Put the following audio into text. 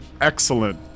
excellent